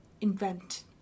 invent